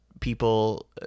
people